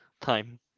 time